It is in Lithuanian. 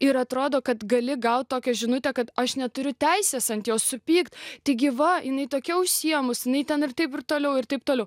ir atrodo kad gali gauti tokią žinutę kad aš neturiu teisės ant jo supykt taigi va jinai tokia užsiėmusi jinai ten ir taip ir toliau ir taip toliau